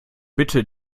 bitte